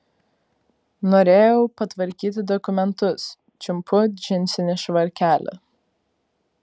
norėjau patvarkyti dokumentus čiumpu džinsinį švarkelį